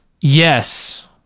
yes